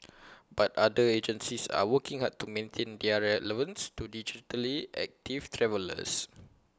but other agencies are working hard to maintain their relevance to digitally active travellers